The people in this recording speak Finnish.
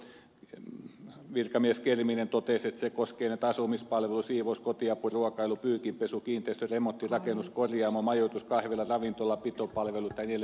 tässä jo virkamies kerminen totesi että se koskee tätä asumispalvelu siivous kotiapu ruokailu pyykinpesu kiinteistö remontti rakennus korjaamo majoitus kahvila ravintola pitopalvelutoimintaa ja niin edelleen